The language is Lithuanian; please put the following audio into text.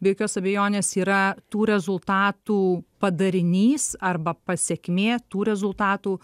be jokios abejonės yra tų rezultatų padarinys arba pasekmė tų rezultatų